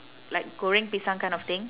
like goreng pisang kind of thing